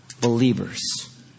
believers